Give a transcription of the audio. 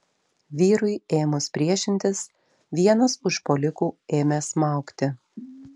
vyrui ėmus priešintis vienas užpuolikų ėmė smaugti